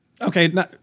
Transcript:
Okay